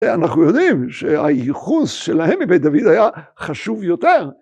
אנחנו יודעים שהייחוס שלהם מבית דוד היה חשוב יותר.